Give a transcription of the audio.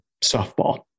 softball